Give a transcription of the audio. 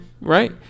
right